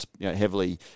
heavily